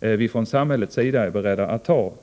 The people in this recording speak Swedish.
för deras situation vi är beredda att ta.